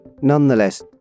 Nonetheless